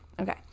Okay